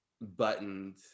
buttoned